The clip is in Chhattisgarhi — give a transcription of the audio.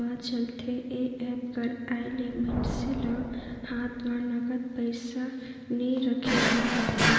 म चलथे ए एप्स कर आए ले मइनसे ल हात म नगद पइसा नइ राखे बर परय